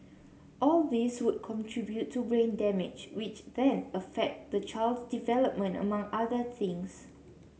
all these would contribute to brain damage which then affect the child's development among other things